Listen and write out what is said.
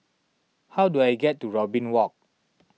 how do I get to Robin Walk